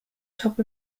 top